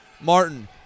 Martin